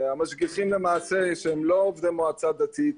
המשגיחים למעשה שהם לא עובדי מועצה דתית,